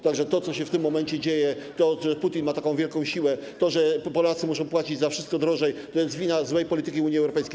To, co się w tym momencie dzieje, to, że Putin ma taką wielką siłę, to, że Polacy muszą płacić za wszystko drożej - to jest wina złej polityki Unii Europejskiej.